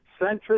centrist